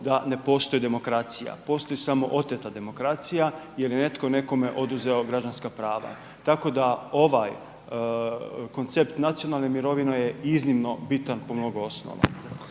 da ne postoji demokracija, postoji samo oteta demokracija jer je netko nekome oduzeo građanska prava. Tako da ovaj koncept nacionalne mirovine je iznimno bitan po mnogo osnova.